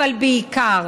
אבל בעיקר,